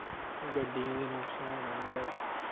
गड्डियें गी नकसान होंदा